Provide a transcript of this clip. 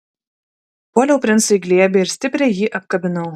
puoliau princui į glėbį ir stipriai jį apkabinau